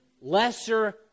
lesser